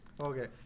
okay